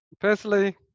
Personally